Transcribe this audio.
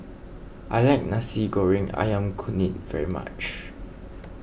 I like Nasi Goreng Ayam Kunyit very much